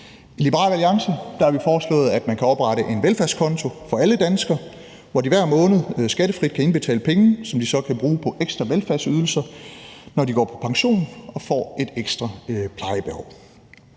I Liberal Alliance har vi foreslået, at man kan oprette en velfærdskonto for alle danskere, hvor de hver måned skattefrit kan indbetale penge, som de så kan bruge på ekstra velfærdsydelser, når de går på pension og får et ekstra plejebehov.